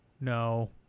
No